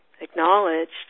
acknowledged